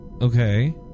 Okay